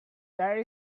there